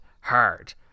hard